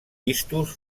vistos